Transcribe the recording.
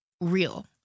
real